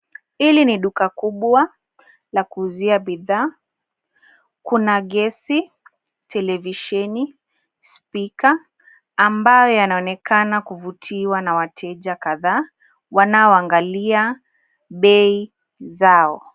Hili ni duka kubwa la kuuzia bidhaa. Kuna gesi, televisheni, spika ambayo yanaonekana kuvutiwa na wateja kadhaa wanaoangalia bei zao.